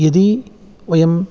यदि वयम्